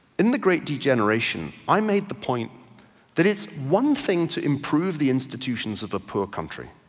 in the great degeneration, i made the point that it's one thing to improve the institutions of a poor country,